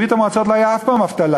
בברית-המועצות לא הייתה אף פעם אבטלה,